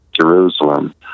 Jerusalem